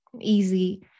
easy